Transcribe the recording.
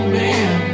man